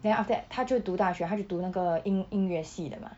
then after that 他就读大学他就读那个音音乐系的吗